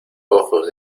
ojos